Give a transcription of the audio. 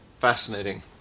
fascinating